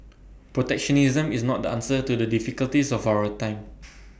protectionism is not the answer to the difficulties of our time